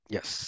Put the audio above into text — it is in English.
Yes